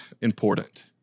important